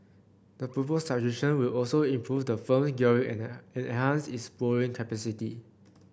the proposed subscription will also improve the firm's gearing and enhance its borrowing capacity